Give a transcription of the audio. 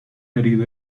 herido